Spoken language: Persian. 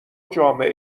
جامعه